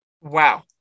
Wow